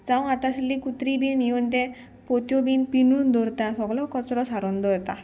जावं आतां आशिल्ली कुत्री बीन येवन ते पोत्यो बीन पिनून दवरता सोगलो कचरो सारोन दवरता